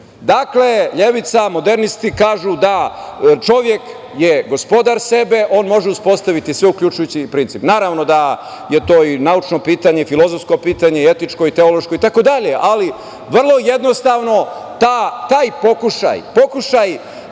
Dakle, levica, modernisti kažu da čovek je gospodar sebe, on može uspostaviti sve uključujući i princip. Naravno da je to i naučno pitanje, filozofsko pitanje, etičko, teološko itd, ali vrlo jednostavno taj pokušaj, pokušaj